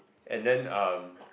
and then um